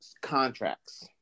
contracts